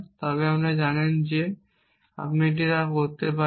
তবে আপনি জানেন যে আপনি যদি এটি করতে পারেন